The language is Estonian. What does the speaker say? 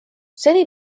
seni